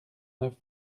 neuf